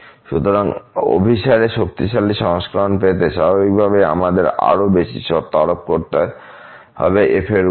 সুতরাং অভিসারের শক্তিশালী সংস্করণ পেতে স্বাভাবিকভাবেই আমাদের আরো বেশি শর্ত আরোপ করতে হবে fএর উপর